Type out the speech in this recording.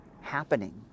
happening